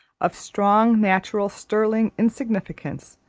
of strong, natural, sterling insignificance,